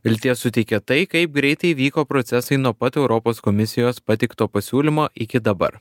vilties suteikia tai kaip greitai vyko procesai nuo pat europos komisijos pateikto pasiūlymo iki dabar